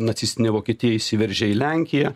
nacistinė vokietija įsiveržė į lenkiją